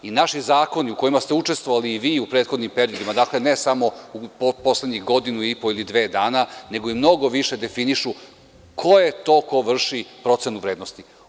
Naši zakoni u kojima ste učestvovali i vi u prethodnim periodima, dakle, ne samo u poslednjih godinu i po ili dve dana, nego i mnogo više, definišu ko je to ko vrši procenu vrednosti.